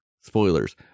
spoilers